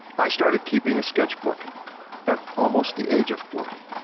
i started keeping a sketchbook at almost the age of forty,